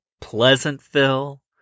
Pleasantville